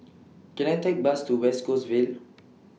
Can I Take Bus to West Coast Vale